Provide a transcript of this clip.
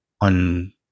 on